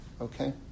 okay